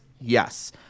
yes